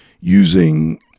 using